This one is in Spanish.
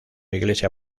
iglesia